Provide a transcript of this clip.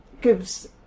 gives